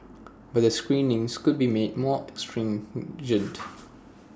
but the screenings could be made more stringent